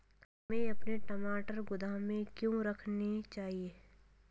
हमें अपने टमाटर गोदाम में क्यों रखने चाहिए?